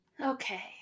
Okay